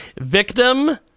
Victim